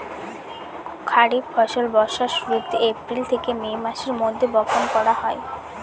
খরিফ ফসল বর্ষার শুরুতে, এপ্রিল থেকে মে মাসের মধ্যে, বপন করা হয়